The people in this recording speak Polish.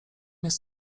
jest